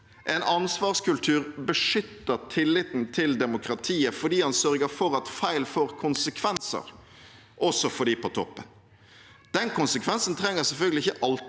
En ansvarskultur beskytter tilliten til demokratiet fordi den sørger for at feil får konsekvenser, også for dem på toppen. Den konsekvensen trenger selvfølgelig ikke alltid